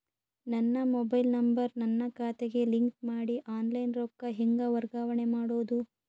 ನನ್ನ mobile number ನನ್ನ ಖಾತೆಗೆ ಲಿಂಕ್ ಮಾಡಿ ಆನ್ಲೈನ್ ರೊಕ್ಕ ಹೆಂಗ ವರ್ಗಾವಣೆ ಮಾಡೋದು?